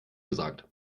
gesagt